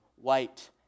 white